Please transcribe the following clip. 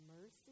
Mercy